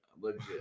legit